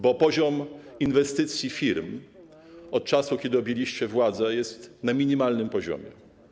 Bo poziom inwestycji firm od czasu, kiedy objęliście władzę, jest na minimalnym poziomie.